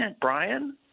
Brian